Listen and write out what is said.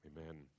amen